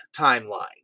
timeline